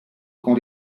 con